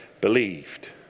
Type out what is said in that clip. believed